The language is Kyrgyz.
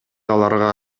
аларга